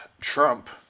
Trump